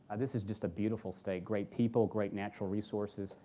this is just a beautiful state, great people, great natural resources.